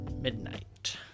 midnight